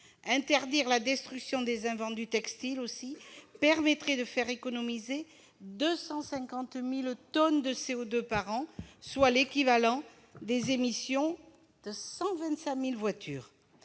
Interdire la destruction des invendus textiles permettrait d'économiser 250 000 tonnes de CO2 par an, soit l'équivalent des émissions de 125 000 voitures.